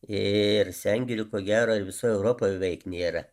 ir sengirių ko gero ir visoj europoj veik nėra